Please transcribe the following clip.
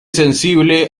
sensible